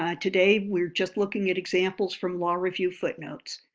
ah today we're just looking at examples from law review footnotes.